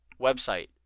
website